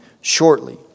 shortly